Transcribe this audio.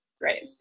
Great